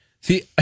see